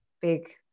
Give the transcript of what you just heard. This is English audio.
big